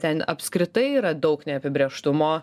ten apskritai yra daug neapibrėžtumo